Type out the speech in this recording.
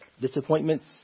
Disappointments